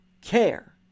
care